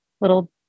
little